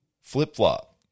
flip-flop